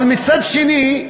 אבל מצד שני,